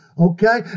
okay